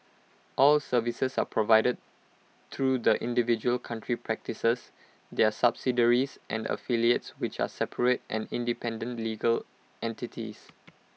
all services are provided through the individual country practices their subsidiaries and affiliates which are separate and independent legal entities